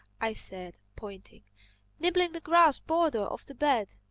i said, pointing nibbling the grass border of the bed.